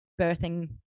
birthing